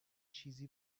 چیزی